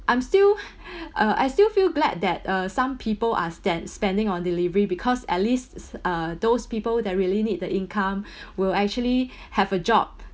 I'm still uh I still feel glad that uh some people are spend spending on delivery because at least uh those people that really need the income will actually have a job